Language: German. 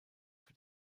wird